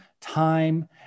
time